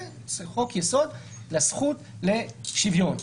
יהיה חוק-יסוד לזכות לשוויון,